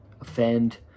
offend